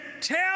tell